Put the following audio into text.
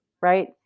right